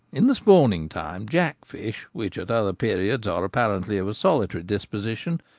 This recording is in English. in the spawning time jack fish, which at other periods are apparently of a solitary disposition,